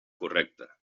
correcte